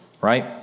right